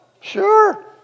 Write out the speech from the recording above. Sure